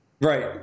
right